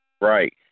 Right